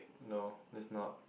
no it's not